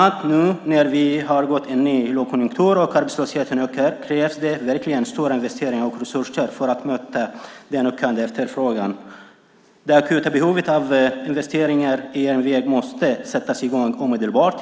Nu när vi gått in i en lågkonjunktur och arbetslösheten ökar krävs verkligen stora investeringar och resurser för att möta den ökade efterfrågan. Det akuta behovet innebär att investeringarna i järnväg måste sättas i gång omedelbart.